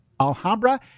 Alhambra